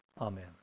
amen